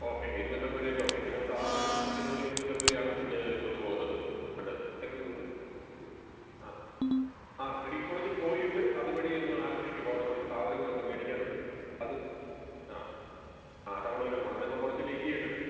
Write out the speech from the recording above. okay ഇരുന്നൂറ്റി അമ്പത് രൂപയ്ക്കൊക്കെ ഞങ്ങൾ സാധാരണ ഇവിടെ വിളിക്കുന്നവർ ഇരുന്നൂറ്റി അമ്പത് രൂപയാണ് കൊണ്ടു പോകുന്നത് ഉണ്ട് ഇന്ന് ആ ആ മെഡിക്കൽ കോളേജിൽ പോയിട്ട് അത് വഴിയൊന്ന് ആലപ്പുഴയ്ക്ക് പോകണം കുറച്ച് സാധനങ്ങളൊക്കെ മേടിക്കാനുണ്ട് അത് ആ ആ ടൗണ് വരെ പോകണം അത് ഇപ്പം കുറച്ച് വേയ്റ്റ് ചെയ്യേണ്ടി വരും